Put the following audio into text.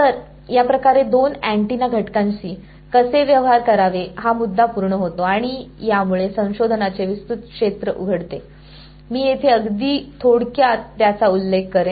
तर याप्रकारे दोन अँटेना घटकांशी कसे व्यवहार करावे हा मुद्दा पूर्ण होतो आणि यामुळे संशोधनाचे विस्तृत क्षेत्र उघडते मी येथे अगदी थोडक्यात त्याचा उल्लेख करेन